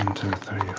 two, three,